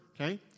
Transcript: okay